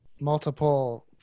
multiple